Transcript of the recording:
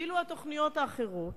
ואילו התוכניות האחרות,